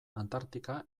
antartika